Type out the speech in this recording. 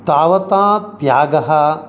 तावता त्यागः